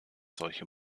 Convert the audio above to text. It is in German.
solche